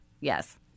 Yes